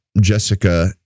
Jessica